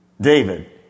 David